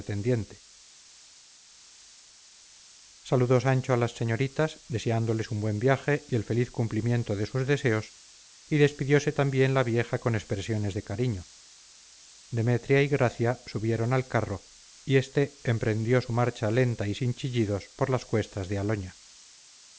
saludó sancho a las señoritas deseándoles un buen viaje y el feliz cumplimiento de sus deseos y despidiose también la vieja con expresiones de cariño demetria y gracia subieron al carro y este emprendió su marcha lenta y sin chillidos por las cuestas de aloña